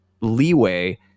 leeway